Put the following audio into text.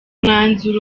mwanzuro